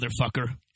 motherfucker